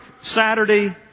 Saturday